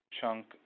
chunk